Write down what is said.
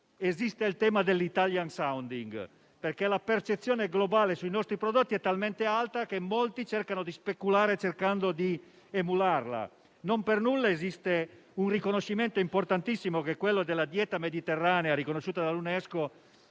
esiste il tema dell'*italian sounding*, perché la percezione globale dei nostri prodotti è talmente alta che molti cercano di speculare provando a emularla. Non per nulla esiste un riconoscimento importantissimo della dieta mediterranea da parte dell'UNESCO,